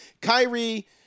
Kyrie